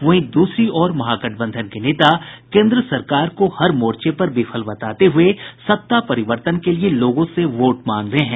वहीं दूसरी ओर महागठबंधन के नेता केन्द्र सरकार को हर मोर्चे पर विफल बताते हुए सत्ता परिवर्तन के लिये लोगों से वोट मांग रहे हैं